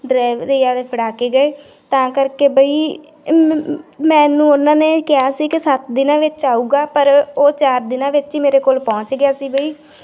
delivery ਵਾਲੇ ਫੜਾ ਕੇ ਗਏ ਤਾਂ ਕਰਕੇ ਬਈ ਮੈਨੂੰ ਉਹਨਾਂ ਨੇ ਕਿਹਾ ਸੀ ਕਿ ਸੱਤ ਦਿਨਾਂ ਵਿੱਚ ਆਉਗਾ ਪਰ ਉਹ ਚਾਰ ਦਿਨਾਂ ਵਿੱਚ ਹੀ ਮੇਰੇ ਕੋਲ ਪਹੁੰਚ ਗਿਆ ਸੀ ਬਈ